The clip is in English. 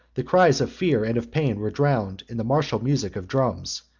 the cries of fear and of pain were drowned in the martial music of drums,